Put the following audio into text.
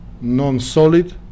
non-solid